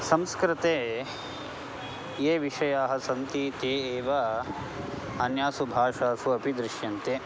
संस्कृते ये विषयाः सन्ति ते एव अन्यासु भाषासु अपि दृश्यन्ते